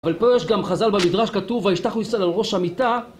אבל פה יש גם חז"ל במדרש כתוב וישתחו ישראל על ראש המיטה